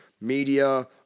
media